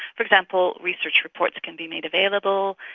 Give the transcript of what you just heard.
for example, research reports can be made available,